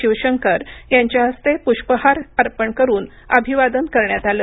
शिवशंकर यांच्या हस्ते प्रष्पहार अर्पण करून अभिवादन करण्यात आलं